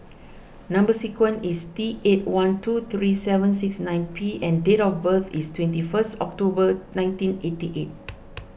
Number Sequence is T eight one two three seven six nine P and date of birth is twenty first October nineteen eighty eight